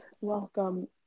welcome